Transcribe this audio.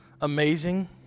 amazing